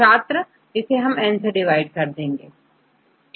छात्र N से divide करना होगा